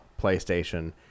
PlayStation